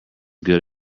good